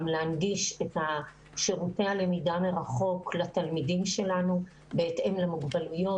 להנגיש את שירותי הלמידה מרחוק לתלמידים שלנו בהתאם למוגבלויות.